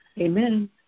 Amen